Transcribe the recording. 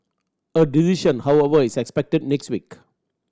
a decision however is expected next week